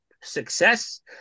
success